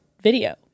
video